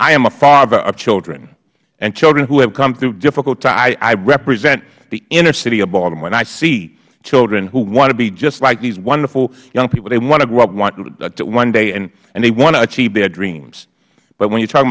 i am a father of children and children who have come through difficult time i represent the inner city of baltimore and i see children who want to be just like these wonderful young people they want to grow up one day and they want to achieve their dreams but when you are talking